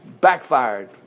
Backfired